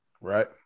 right